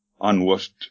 unwashed